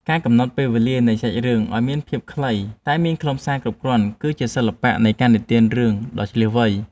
ការកំណត់ពេលវេលានៃសាច់រឿងឱ្យមានភាពខ្លីតែមានខ្លឹមសារគ្រប់គ្រាន់គឺជាសិល្បៈនៃការនិទានរឿងដ៏ឈ្លាសវៃ។